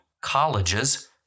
colleges